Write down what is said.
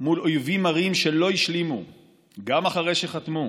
מול אויבים מרים שלא השלימו גם אחרי שחתמו,